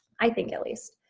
i think at least.